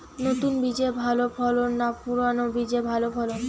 নতুন বীজে ভালো ফলন না পুরানো বীজে ভালো ফলন?